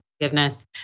forgiveness